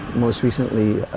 most recently,